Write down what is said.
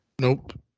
Nope